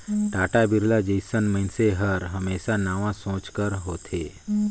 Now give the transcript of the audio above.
टाटा, बिरला जइसन मइनसे हर हमेसा नावा सोंच कर होथे